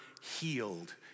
healed